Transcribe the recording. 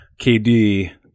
KD